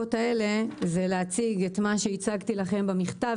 בדקות האלה זה להציג את מה שהצגתי לכם במכתב